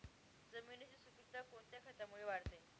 जमिनीची सुपिकता कोणत्या खतामुळे वाढते?